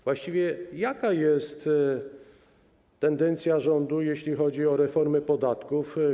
Właściwie jaka jest tendencja rządu, jeśli chodzi o reformy podatków?